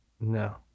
No